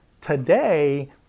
today